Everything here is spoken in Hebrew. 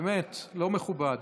באמת, לא מכובד.